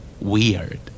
Weird